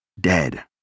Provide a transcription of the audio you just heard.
dead